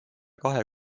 kahe